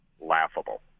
laughable